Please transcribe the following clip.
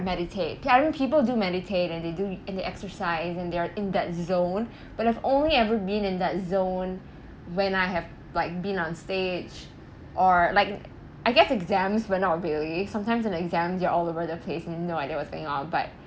meditate ya I know people do meditate and they do and they exercise and they are in that zone but I've only ever been in that zone when I have like been on stage or like I guess exams well not really sometimes in exam you're all over the place you have no idea what's going on but